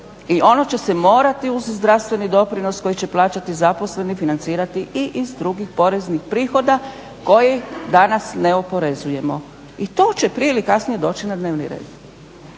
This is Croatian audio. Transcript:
i ono će se morati uz zdravstveni doprinos kojeg će plaćati zaposleni financirati i iz drugih poreznih prihoda koje danas ne oporezujemo. I to će prije ili kasnije doći na dnevni red.